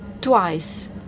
twice